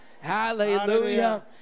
Hallelujah